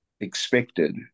expected